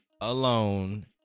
alone